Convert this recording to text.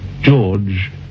George